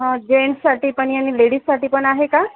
हां जेन्ट्ससाठी पण आहे आणि लेडीजसाठी पण आहे का